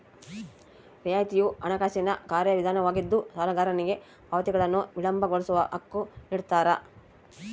ರಿಯಾಯಿತಿಯು ಹಣಕಾಸಿನ ಕಾರ್ಯವಿಧಾನವಾಗಿದ್ದು ಸಾಲಗಾರನಿಗೆ ಪಾವತಿಗಳನ್ನು ವಿಳಂಬಗೊಳಿಸೋ ಹಕ್ಕು ನಿಡ್ತಾರ